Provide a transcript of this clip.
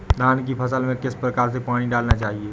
धान की फसल में किस प्रकार से पानी डालना चाहिए?